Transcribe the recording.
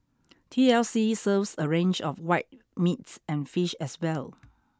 T L C serves a range of white meat and fish as well